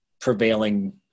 prevailing